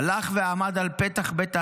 הלך ועמד על פתח בית האסורים,